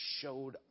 showed